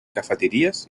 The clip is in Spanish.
cafeterías